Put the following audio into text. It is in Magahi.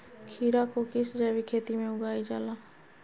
खीरा को किस जैविक खेती में उगाई जाला?